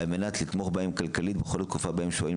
על מנת לתמוך בהם כלכלית בכל התקופה בה הם שוהים